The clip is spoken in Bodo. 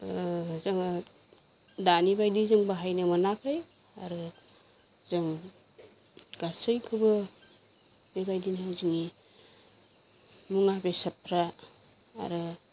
जोङो दानि बायदि जों बाहायनो मोनाखै आरो जों गासैखौबो बेबायदिनो जोंनि मुवा बेसादफ्रा आरो